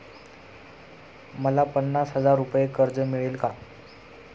मला पन्नास हजार रुपये कर्ज मिळेल का?